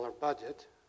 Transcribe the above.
budget